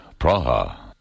Praha